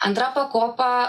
antra pakopa